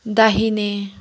दाहिने